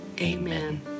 Amen